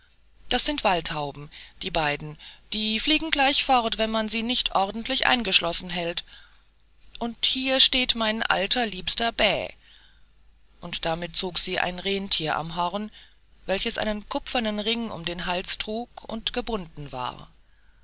das sind waldtauben die beiden die fliegen gleich fort wenn man sie nicht ordentlich eingeschlossen hält und hier steht mein alter liebster bä und damit zog sie ein renntier am horn welches einen kupfernen ring um den hals trug und gebunden war